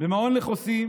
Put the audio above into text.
במעון לחוסים,